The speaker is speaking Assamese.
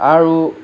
আৰু